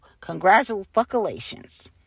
congratulations